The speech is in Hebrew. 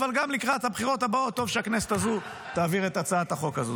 אבל גם לקראת הבחירות הבאות טוב שהכנסת הזאת תעביר את הצעת החוק הזאת.